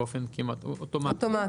אוטומטית.